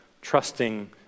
trusting